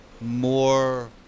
more